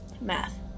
math